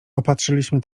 opatrzyliśmy